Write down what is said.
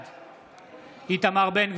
בעד איתמר בן גביר,